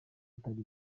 atari